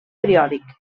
periòdic